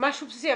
-- משהו בסיסי.